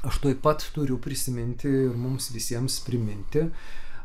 aš tuoj pat turiu prisiminti mums visiems priminti